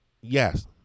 yes